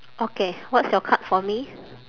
okay what's your card for me